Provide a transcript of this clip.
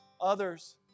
Others